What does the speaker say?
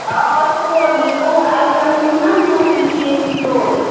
آ سورُے یہِ تۄہہِ ایٹم چھُو نا نِیُن تہِ چھُ ییٚتی سورُے